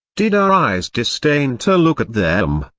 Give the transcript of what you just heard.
did our eyes disdain to look at them?